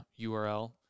URL